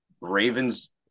Ravens